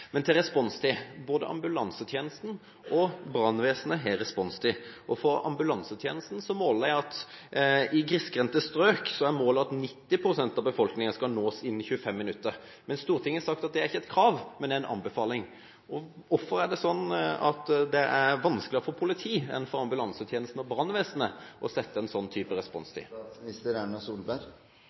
Til responstid: Både ambulansetjenesten og brannvesenet har responstid. For ambulansetjenesten er målet at i grisgrendte strøk skal 90 pst. av befolkningen nås innen 25 minutter, men Stortinget har sagt at det er ikke et krav, men en anbefaling. Hvorfor er det sånn at det er vanskeligere for politiet enn for ambulansetjenesten og brannvesenet å sette en sånn type responstid? Jeg vet ikke om det er vanskeligere, vi har bare ikke kommet til